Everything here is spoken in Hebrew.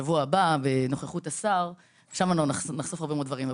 בשבוע הבא בנוכחות השר, שם נחשוף הרבה דברים.